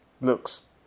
looks